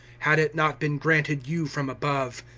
had it not been granted you from above.